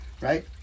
right